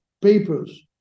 papers